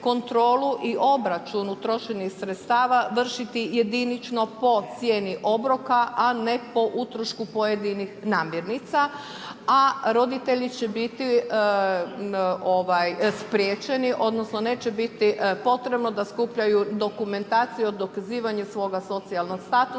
i obračun utrošenih sredstava vršiti jedinično po cijeni obroka, a ne po utrošku pojedinih namirnica, a roditelji će biti spriječeni odnosno neće biti potrebno da skupljaju dokumentaciju o dokazivanju svoga socijalnog statusa